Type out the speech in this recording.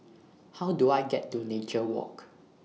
How Do I get to Nature Walk